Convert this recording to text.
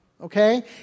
okay